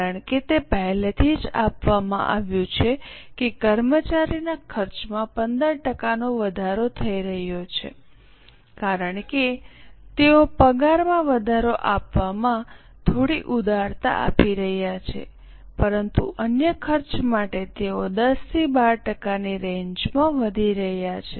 કારણ કે તે પહેલેથી જ આપવામાં આવ્યું છે કે કર્મચારીના ખર્ચમાં 15 ટકાનો વધારો થઈ રહ્યો છે કારણ કે તેઓ પગારમાં વધારો આપવામાં થોડી ઉદારતા આપી રહ્યા છે પરંતુ અન્ય ખર્ચ માટે તેઓ 10 થી 12 ટકાની રેન્જમાં વધી રહ્યા છે